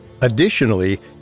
Additionally